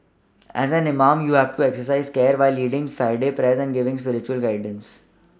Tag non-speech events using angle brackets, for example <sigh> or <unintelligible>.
as an imam you have <unintelligible> exercise care when leading Friday present giving spiritual guidance